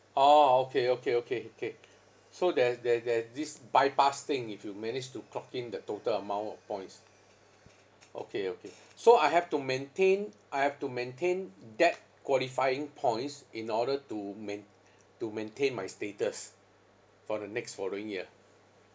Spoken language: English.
orh okay okay okay okay so there's there there's this bypass thing if you manage to clock in the total amount of points okay okay so I have to maintain I have to maintain that qualifying points in order to main~ to maintain my status for the next following year